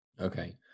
okay